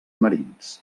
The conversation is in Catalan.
marins